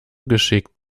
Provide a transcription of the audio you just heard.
geschickt